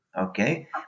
okay